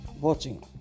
watching